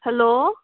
hello